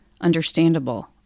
understandable